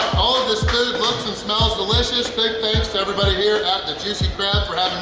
all of this food looks and smells delicious! big thanks to everybody here at the juicy crab for